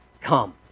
come